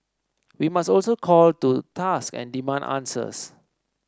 we must also call to task and demand answers